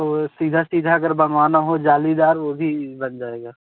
ओ सीधा सीधा अगर बनवाना हो जालीदार वह भी बन जाएगा